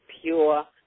pure